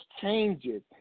changes